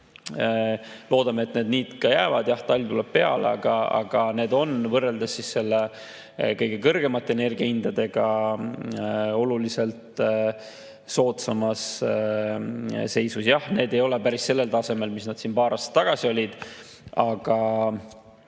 Loodame, et need nii ka jäävad. Talv tuleb peale, aga praegu on need võrreldes kõige kõrgemate energiahindadega oluliselt soodsamas seisus. Jah, need ei ole päris sellel tasemel, kus need paar aastat tagasi olid, aga